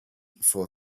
for